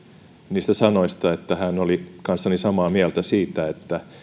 niistä sanoista että hän oli kanssani samaa mieltä siitä että